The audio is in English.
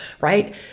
right